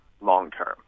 long-term